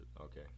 Okay